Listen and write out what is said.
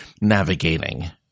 navigating